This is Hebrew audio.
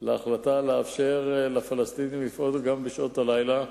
על ההחלטה לאפשר לפלסטינים לפעול גם בשעות הלילה.